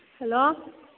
hello